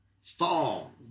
Fall